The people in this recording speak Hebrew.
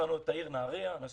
באותה עת התחייבה הוועדה לפעול